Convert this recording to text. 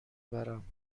برم